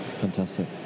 Fantastic